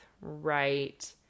right